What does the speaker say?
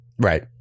Right